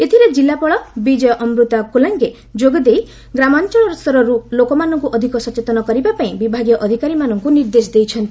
ଏଥିରେ କିଲ୍ଲାପାଳ ବିଜୟ ଅମୃତା କୁଲାଙେ ଯୋଗ ଦେଇ ଗ୍ରାମାଞ୍ଞଳ ସ୍ତରରୁ ଲୋକମାନଙ୍କୁ ଅଧିକ ସଚେତନ କରିବା ପାଇଁ ବିଭାଗୀୟ ଅଧିକାରୀମାନଙ୍କୁ ନିର୍ଦ୍ଦେଶ ଦେଇଛନ୍ତି